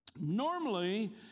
Normally